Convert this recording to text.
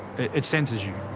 it centres you.